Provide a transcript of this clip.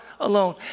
alone